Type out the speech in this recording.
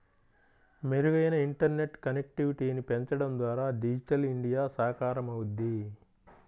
మెరుగైన ఇంటర్నెట్ కనెక్టివిటీని పెంచడం ద్వారా డిజిటల్ ఇండియా సాకారమవుద్ది